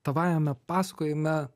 tavajame pasakojime